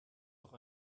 doch